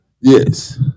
Yes